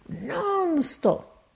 non-stop